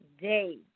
Day